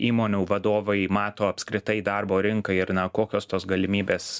įmonių vadovai mato apskritai darbo rinką ir na kokios tos galimybės